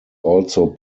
also